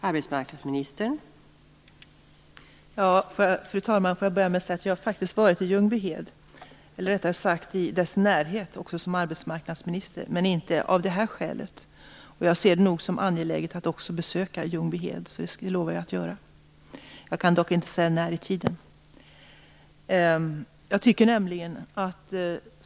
Fru talman! Jag har faktiskt som arbetsmarknadsminister varit i närheten av Ljungbyhed. Men jag var inte där av det här skälet. Jag ser det som angeläget att också besöka Ljungbyhed. Jag lovar att göra det, men jag kan inte säga när.